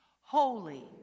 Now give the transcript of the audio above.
holy